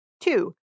Two